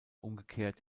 umgekehrt